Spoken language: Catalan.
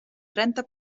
trenta